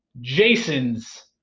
Jason's